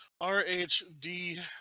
R-H-D